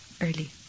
early